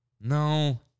No